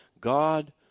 God